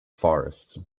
forests